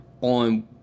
on